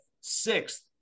sixth